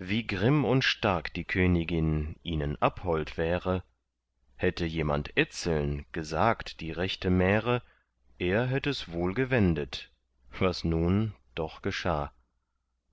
wie grimm und stark die königin ihnen abhold wäre hätte jemand etzeln gesagt die rechte märe er hätt es wohl gewendet was nun doch geschah